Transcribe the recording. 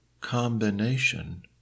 combination